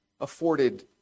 afforded